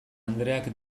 andreak